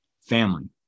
Family